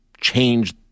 change